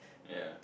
ya